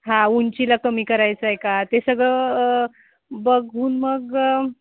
हा उंचीला कमी करायचा आहे का ते सगळं बघून मग